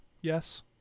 yes